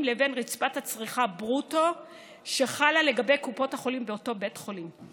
לבין רצפת הצריכה ברוטו שחלה על קופות החולים באותו בית חולים.